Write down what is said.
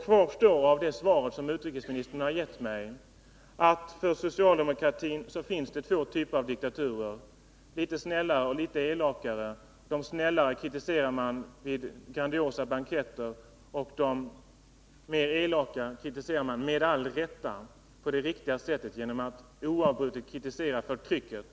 Kvar står av det svar som utrikesministern har gett mig att för socialdemokratin finns två typer av diktaturer: en litet snällare och en litet elakare. De snällare kritiserar man vid grandiosa banketter och de elakare kritiserar man — med all rätt — på det riktiga sättet genom att oavbrutet protestera mot förtrycket.